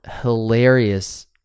hilarious